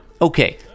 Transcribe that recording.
Okay